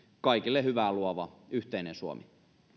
kaikille hyvää luova yhteinen suomi